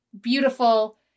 beautiful